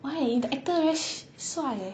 why the actor very 帅 eh